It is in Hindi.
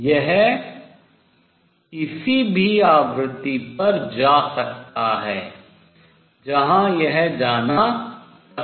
यह किसी भी आवृत्ति पर जा सकता है जहाँ यह जाना पसंद करता है